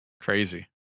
Crazy